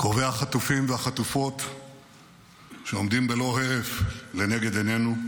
קרובי החטופים והחטופות שעומדים בלא הרף לנגד עינינו,